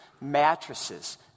mattresses